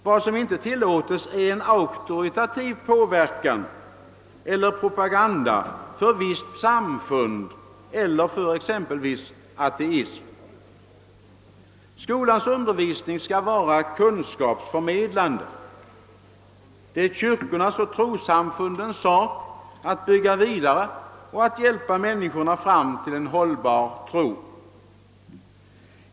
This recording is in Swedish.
Vad som inte tillåts är en auktoritativ påverkan eller propaganda för visst samfund eller för exempelvis ateism. Skolans undervisning skall vara kunskapsförmedlande. Det är kyrkornas och tros samfundens sak att bygga vidare och hjälpa människorna fram till en hållbar tro.